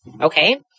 okay